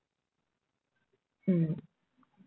mm